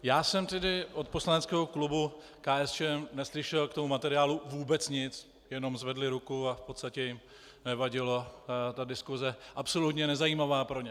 Já jsem tedy od poslaneckého klubu KSČM neslyšel k tomu materiálu vůbec nic, jenom zvedli ruku a v podstatě jim nevadila ta diskuse, absolutně nezajímavá pro ně.